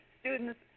students